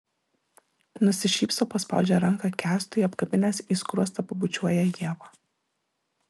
nusišypso paspaudžia ranką kęstui apkabinęs į skruostą pabučiuoja ievą